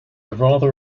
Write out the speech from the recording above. rather